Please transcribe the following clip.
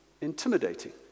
intimidating